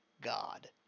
God